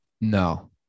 No